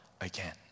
again